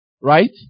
right